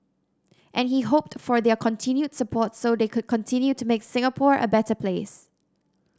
and he hoped for their continued support so they could continue to make Singapore a better place